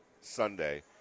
Sunday